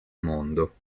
mondo